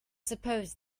suppose